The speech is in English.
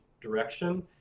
direction